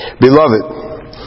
Beloved